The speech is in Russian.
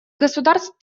государств